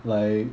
like